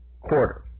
quarter